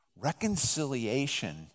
Reconciliation